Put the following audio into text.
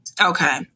Okay